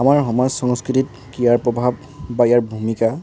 আমাৰ সমাজ সংস্কৃতিত ক্ৰীড়াৰ প্ৰভাৱ বা ইয়াৰ ভূমিকা